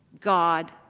God